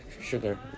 sugar